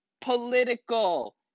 political